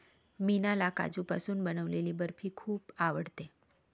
मीनाला काजूपासून बनवलेली बर्फी खूप आवडते